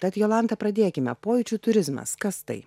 tad jolanta pradėkime pojūčių turizmas kas tai